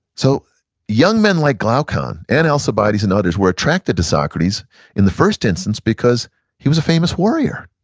so young men like glaucon, and alcibiades and others, were attracted to socrates in the first instance because he was a famous warrior.